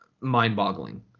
mind-boggling